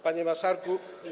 Panie Marszałku!